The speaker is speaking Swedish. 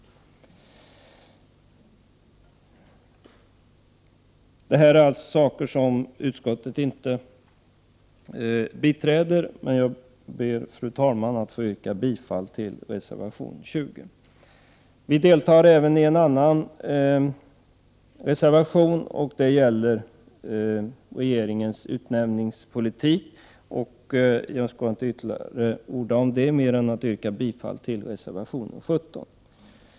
Det här är frågor där utskottet inte biträder oss. Fru talman! Jag yrkar bifall till reservation 20. Vi i centern har varit med om att underteckna även en annan reservation, reservation 17 om regeringens utnämningspolitik. Jag skall inte orda mera om den saken, utan jag nöjer mig med att yrka bifall till reservation 17.